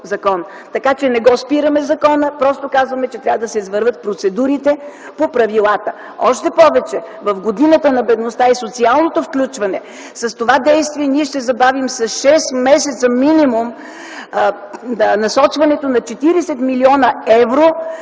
Така че не спираме закона, просто казваме, че процедурите трябва да се извървят по правилата. Още повече, в годината на бедността и социалното включване с това действие ние ще забавим с 6 месеца минимум насочването на 40 млн. евро